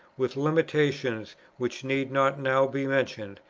with limitations which need not now be mentioned,